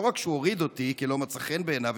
לא רק שהוא הוריד אותי כי לא מצא חן בעיניו,